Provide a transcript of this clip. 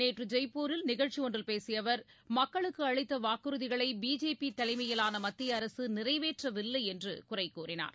நேற்று ஜெய்ப்பூரில் நிகழ்ச்சி ஒன்றில் பேசிய அவர் மக்களுக்கு அளித்த வாக்குறுதிகளை பிஜேபி தலைமையிலான மத்திய அரசு நிறைவேற்றவில்லை என்று குறை கூறினார்